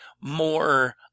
more